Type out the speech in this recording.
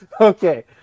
Okay